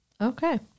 Okay